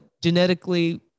genetically